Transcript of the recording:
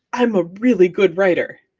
i'm a really good writer,